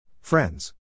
Friends